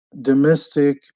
domestic